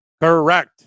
Correct